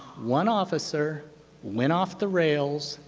one officer went off the rails,